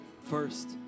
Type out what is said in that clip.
first